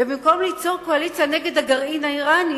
ובמקום ליצור קואליציה נגד הגרעין האירני